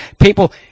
people